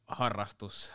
harrastus